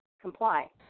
comply